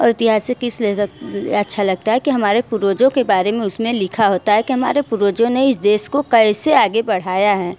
और इतिहासिक इसलिए अच्छा लगता है कि हमारे पूर्वजों के बारे में उसमें लिखा होता है कि हमारे पूर्वजों ने इस देश को कैसे आगे बढ़ाया हैं